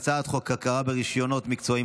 ההצבעה היא על הצעת חוק הכרה ברישיונות מקצועיים